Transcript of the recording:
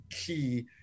key